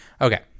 Okay